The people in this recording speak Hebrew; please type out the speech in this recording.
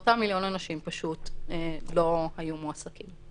ואותם מיליון אנשים פשוט לא היו מועסקים.